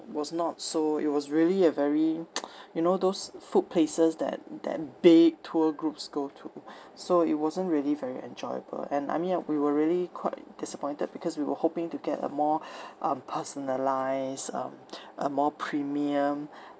was not so it was really a very you know those food places that that big tour groups go to so it wasn't really very enjoyable and I mean uh we were really quite disappointed because we were hoping to get a more um personalised um a more premium